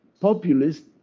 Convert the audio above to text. populist